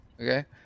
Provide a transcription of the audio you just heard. okay